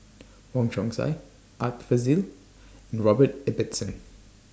Wong Chong Sai Art Fazil and Robert Ibbetson